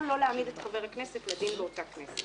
לא להעמיד את חבר הכנסת לדין באותה כנסת.